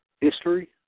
history